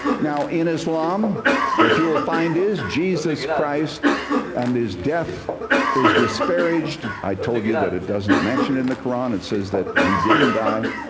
now in islam what you will find is jesus christ and his death is disparaged. i told you that it doesn't mention in the quran. it says that he didn't die.